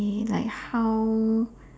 like how